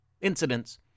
incidents